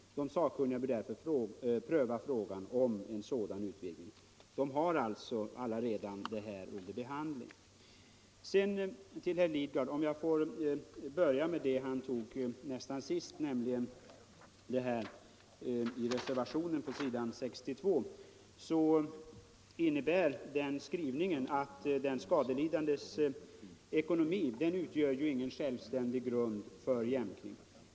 De sakkunniga bör därför pröva frågan om en sådan utvidgning.” Vad herr Lidgard beträffar vill jag börja med det som han tog upp nästan sist, nämligen vad som sägs i reservationen på s. 62. Skrivningen där innebär att den skadelidandes ekonomi inte skall utgöra någon självständig grund för jämkning.